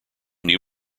new